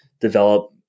develop